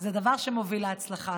זה דבר שמוביל להצלחה.